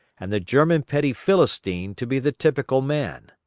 and the german petty philistine to be the typical man.